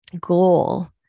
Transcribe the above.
goal